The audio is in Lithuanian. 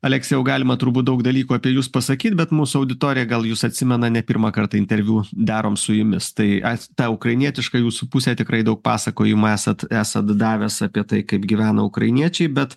aleksėjau galima turbūt daug dalykų apie jus pasakyt bet mūsų auditorija gal jus atsimena ne pirmą kartą interviu darom su jumis tai es ta ukrainietiška jūsų pusė tikrai daug pasakojimų esat esat davęs apie tai kaip gyvena ukrainiečiai bet